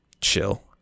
chill